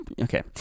Okay